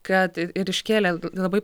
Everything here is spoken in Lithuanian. kad ir iškėlė labai